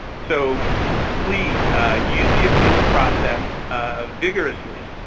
so please use the appeals process vigorously.